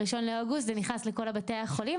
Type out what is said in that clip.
ב-1 באוגוסט זה נכנס לכל בתי החולים,